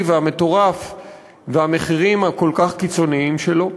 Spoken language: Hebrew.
והמטורף ובמחירים הכל-כך קיצוניים שלו,